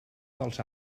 dels